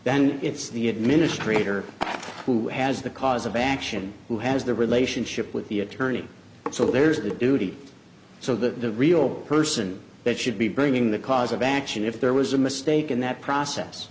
then it's the administrator who has the cause of action who has the relationship with the attorney so there's that duty so that the real person that should be bringing the cause of action if there was a mistake in that process